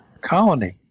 colony